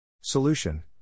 Solution